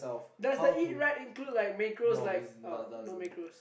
does the eat right include like macros like oh no macros